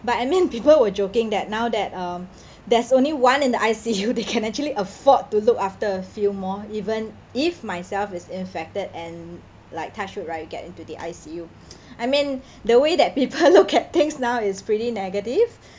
but I mean people were joking that now that um there's only one in the I_C_U they can actually afford to look after a few more even if myself is infected and like touch wood right you get into the I_C_U I mean the way that people look at things now is pretty negative